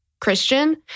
Christian